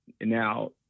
now